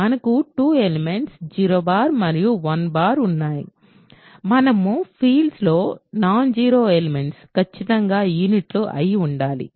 మనకు 2 ఎలిమెంట్స్ 0 మరియు 11బార్ ఉన్నాయి మరియు ఫీల్డ్స్ లో నాన్ జీరో ఎలిమెంట్స్ ఖచ్చితంగా యూనిట్లు అయి ఉండాలి